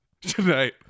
tonight